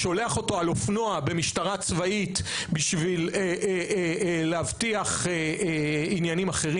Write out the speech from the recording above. שולח אותו על אופנוע במשטרה צבאית בשביל להבטיח עניינים אחרים,